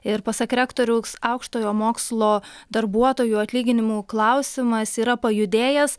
ir pasak rektoriaus aukštojo mokslo darbuotojų atlyginimų klausimas yra pajudėjęs